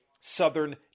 Southern